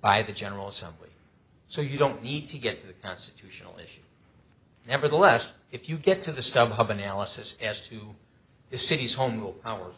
by the general assembly so you don't need to get to the constitutional issue nevertheless if you get to the stubhub analysis as to the city's home will power